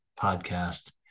Podcast